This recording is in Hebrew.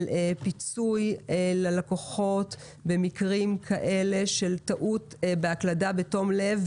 פיצוי ללקוחות במקרים כאלה של טעות בהקלדה בתום לב,